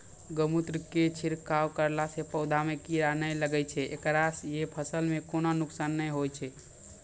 गोमुत्र के छिड़काव करला से पौधा मे कीड़ा नैय लागै छै ऐकरा से फसल मे कोनो नुकसान नैय होय छै?